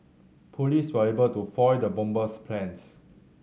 police were able to foil the bomber's plans